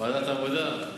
ועדת העבודה?